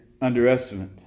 underestimate